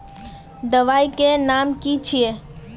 दबाई के नाम की छिए?